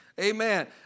amen